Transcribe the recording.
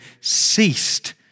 ceased